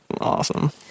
awesome